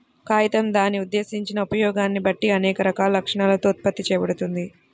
కాగితం దాని ఉద్దేశించిన ఉపయోగాన్ని బట్టి అనేక రకాల లక్షణాలతో ఉత్పత్తి చేయబడుతుంది